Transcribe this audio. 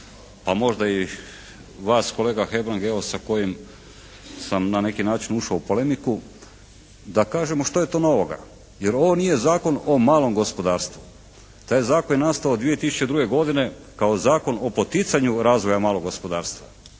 a možda i vas kolega Hebrang evo sa kojim sam na neki način ušao u polemiku da kažemo što je to novoga, jer ovo nije Zakon o malom gospodarstvu. Taj zakon je nastao 2002. godine kao Zakon o poticanju razvoja malog gospodarstva.